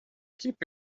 keep